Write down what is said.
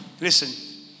listen